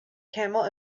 camel